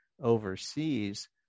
overseas